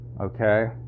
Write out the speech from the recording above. Okay